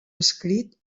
escrit